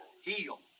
Heal